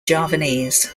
javanese